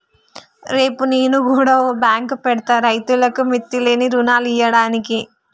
రేపు నేను గుడ ఓ బాంకు పెడ్తా, రైతులకు మిత్తిలేని రుణాలియ్యడానికి